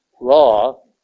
law